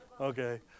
okay